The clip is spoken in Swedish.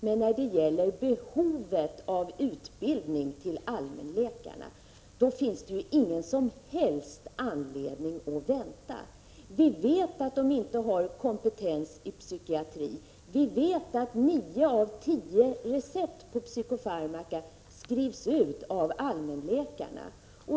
Men när det gäller behovet av utbildning till allmänläkare finns det ingen som helst anledning att vänta. Vi vet att de inte har kompetens i psykiatri. Vi vet att nio av tio recept på psykofarmaka skrivs ut av allmänläkarna.